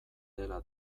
dela